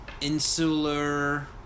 insular